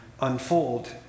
unfold